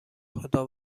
خدا